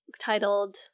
titled